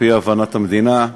על-פי הבנת המדינה,